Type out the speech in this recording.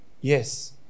yes